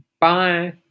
bye